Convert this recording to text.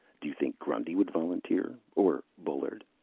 do you think grundy would volunteer? or bullard?